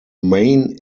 main